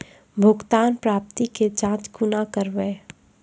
भुगतान प्राप्ति के जाँच कूना करवै?